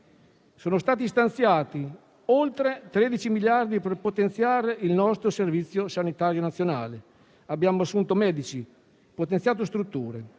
Sono stati stanziati oltre 13 miliardi per potenziare il nostro Servizio sanitario nazionale. Abbiamo assunto medici, potenziato strutture,